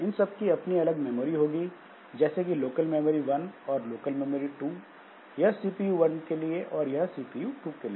इन सब की अपनी अलग मेमोरी होगी जैसे कि लोकल मेमोरी वन और लोकल मेमोरी 2 यह सीपीयू वन के लिए और यह सीपीयू टू के लिए